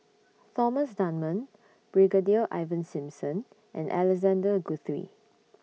Thomas Dunman Brigadier Ivan Simson and Alexander Guthrie